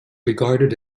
regarded